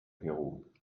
peru